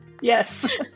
Yes